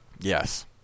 Yes